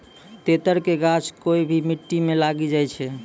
तेतर के गाछ कोय भी मिट्टी मॅ लागी जाय छै